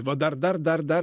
va dar dar dar dar